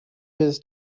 his